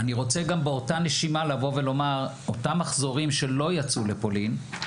באותה נשימה אני רוצה לומר שאותם מחזורים שלא יצאו לפולין,